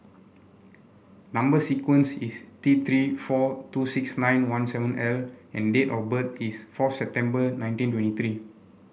number sequence is T Three four two six nine one seven L and date of birth is four September nineteen twenty three